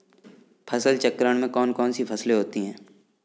फसल चक्रण में कौन कौन सी फसलें होती हैं?